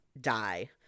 die